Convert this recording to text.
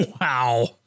Wow